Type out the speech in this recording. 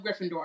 Gryffindor